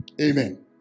Amen